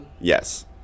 yes